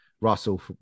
Russell